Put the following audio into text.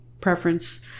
preference